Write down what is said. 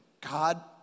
God